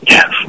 Yes